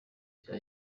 cya